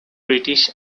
british